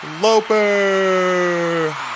Loper